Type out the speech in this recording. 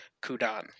Kudan